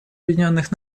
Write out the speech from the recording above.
объединенных